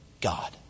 God